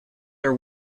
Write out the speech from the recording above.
are